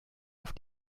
auf